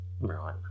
Right